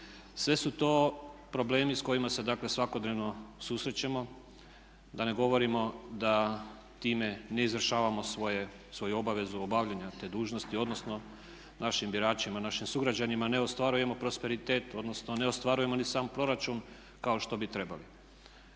Sve su to problemi s kojima se, dakle svakodnevno susrećemo, da ne govorimo da time ne izvršavamo svoju obavezu obavljanja te dužnosti, odnosno našim biračima, našim sugrađanima ne ostvarujemo prosperitet, odnosno ne ostvarujemo ni sam proračun kao što bi trebali.